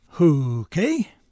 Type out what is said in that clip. Okay